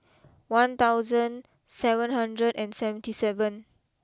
one thousand seven hundred and seventy seven